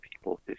people